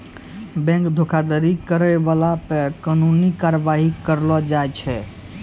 bank धोखाधड़ी करै बाला पे कानूनी कारबाइ करलो जाय छै